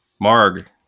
Marg